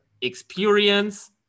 experience